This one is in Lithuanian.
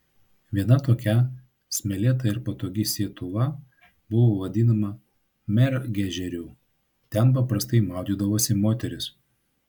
viena tokia smėlėta ir patogi sietuva buvo vadinama mergežeriu ten paprastai maudydavosi moterys